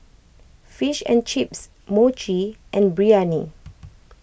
Fish and Chips Mochi and Biryani